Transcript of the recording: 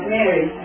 Mary